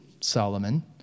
Solomon